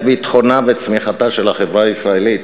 ביטחונה וצמיחתה של החברה הישראלית.